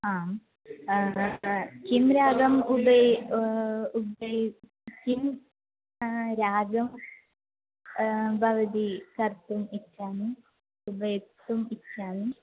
आम् किं रागम् उबय् उभयः किं रागं भवती कर्तुम् इच्छति उपयोक्तुम् इच्छति